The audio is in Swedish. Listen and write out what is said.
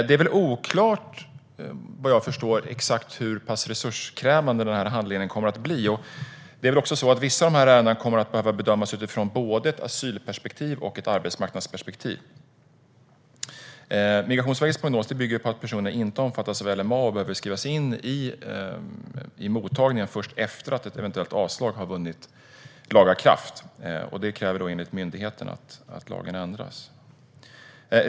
Det är vad jag förstår oklart exakt hur resurskrävande handläggningen kommer att bli. Vissa av ärendena kommer dessutom att behöva bedömas utifrån både ett asyl och ett arbetsmarknadsperspektiv. Migrationsverkets prognos bygger på att personerna inte omfattas av LMA och behöver skrivas in i mottagningssystemet först när ett eventuellt avslag har vunnit laga kraft. Det kräver enligt myndigheten att lagen ändras.